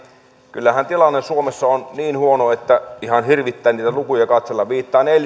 kyllähän tilanne suomessa on niin huono että ihan hirvittää niitä lukuja katsella viittaan